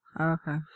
okay